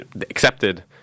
accepted